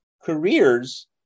careers